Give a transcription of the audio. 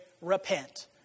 repent